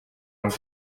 ngo